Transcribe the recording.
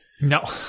No